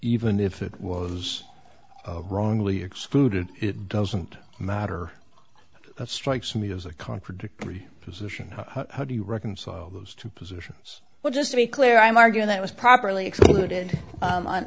even if it was wrongly excluded it doesn't matter it strikes me as a contradictory position how do you reconcile those two positions but just to be clear i'm arguing that was properly excluded